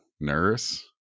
nurse